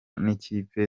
n’ikipe